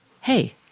hey